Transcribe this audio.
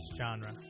genre